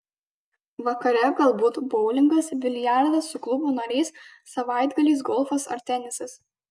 vakare galbūt boulingas biliardas su klubo nariais savaitgaliais golfas ar tenisas